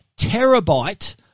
terabyte